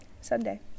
Sunday